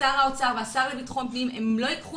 שר האוצר והשר לביטחון פנים לא ייקחו